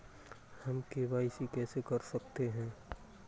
हम के.वाई.सी कैसे कर सकते हैं?